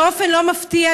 באופן לא מפתיע,